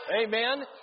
Amen